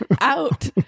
out